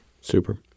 Super